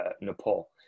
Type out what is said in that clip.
Nepal